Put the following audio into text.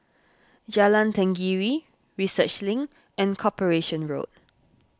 Jalan Tenggiri Research Link and Corporation Road